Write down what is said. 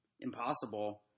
impossible